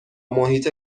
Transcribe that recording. محیط